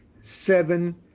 seven